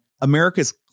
America's